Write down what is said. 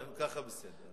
אם ככה, בסדר.